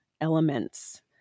elements